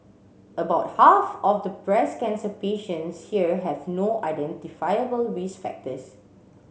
about half of the breast cancer patients here have no identifiable risk factors